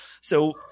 So-